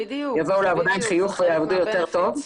יבואו לעבודה עם חיוך ויעבדו יותר טוב.